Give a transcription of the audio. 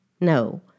No